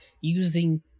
using